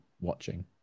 watching